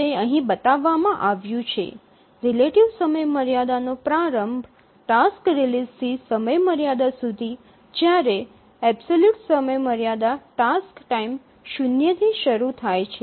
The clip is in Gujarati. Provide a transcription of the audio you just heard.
તે અહીં બતાવવામાં આવ્યું છે રીલેટિવ સમયમર્યાદા નો પ્રારંભ ટાસ્ક રિલીઝ થી સમયમર્યાદા સુધી જ્યારે એબ્સોલ્યુટ સમયમર્યાદા ટાસ્ક ટાઇમ શૂન્યથી શરૂ થાય છે